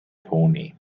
pony